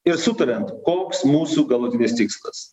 ir sutariant koks mūsų galutinis tikslas